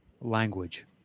language